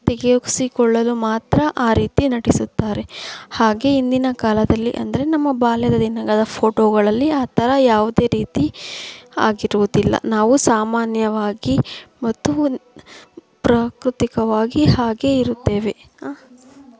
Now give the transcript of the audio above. ತೆಗೆಸಿಕೊಳ್ಳಲು ಮಾತ್ರ ಆ ರೀತಿ ನಟಿಸುತ್ತಾರೆ ಹಾಗೆ ಹಿಂದಿನ ಕಾಲದಲ್ಲಿ ಅಂದರೆ ನಮ್ಮ ಬಾಲ್ಯದ ದಿನಗಳ ಫ಼ೋಟೋಗಳಲ್ಲಿ ಆ ಥರ ಯಾವುದೇ ರೀತಿ ಆಗಿರುವುದಿಲ್ಲ ನಾವು ಸಾಮಾನ್ಯವಾಗಿ ಮತ್ತು ಪ್ರಾಕೃತಿಕವಾಗಿ ಹಾಗೆ ಇರುತ್ತೇವೆ ಆ